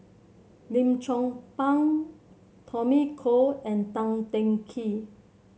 Lim Chong Pang Tommy Koh and Tan Teng Kee